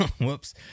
whoops